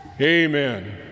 amen